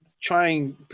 trying